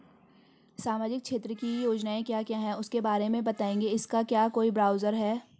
सामाजिक क्षेत्र की योजनाएँ क्या क्या हैं उसके बारे में बताएँगे इसका क्या कोई ब्राउज़र है?